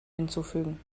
hinzufügen